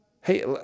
Hey